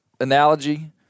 analogy